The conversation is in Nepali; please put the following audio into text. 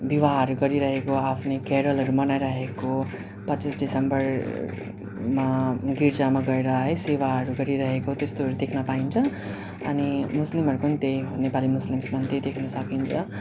विवाहहरू गरिरहेको आफ्नै केरलहरू मनाइरहेको पच्चिस डिसम्बरमा गिर्जामा गएर है सेवाहरू गरिरहेको त्यस्तोहरू देख्न पाइन्छ अनि मुस्लिमहरूको पनि त्यही नेपाली मुस्लिममा पनि त्यही देख्न सकिन्छ